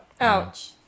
ouch